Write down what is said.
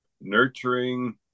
nurturing